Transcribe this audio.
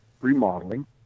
remodeling